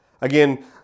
Again